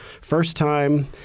first-time